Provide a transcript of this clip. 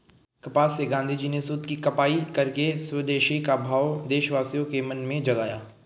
कपास से गाँधीजी ने सूत की कताई करके स्वदेशी का भाव देशवासियों के मन में जगाया